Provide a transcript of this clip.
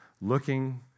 looking